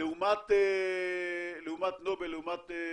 40% לעומת נובל, לעומת 'שברון'.